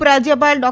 ઉપરાજ્યપાલ ડો